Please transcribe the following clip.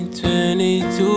22